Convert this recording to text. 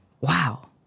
Wow